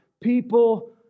people